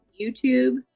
YouTube